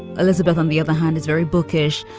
elizabeth, on the other hand, is very bookish.